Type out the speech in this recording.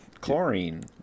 chlorine